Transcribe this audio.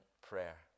prayer